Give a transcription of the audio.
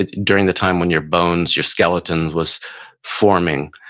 and during the time when your bones, your skeleton was forming.